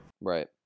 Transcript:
Right